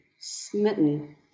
smitten